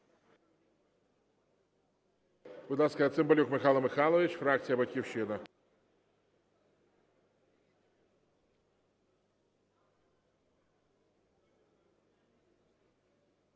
Будь ласка, Цимбалюк Михайло Михайлович, фракція "Батьківщина".